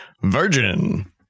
virgin